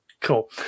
Cool